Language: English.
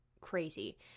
crazy